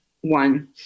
one